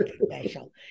special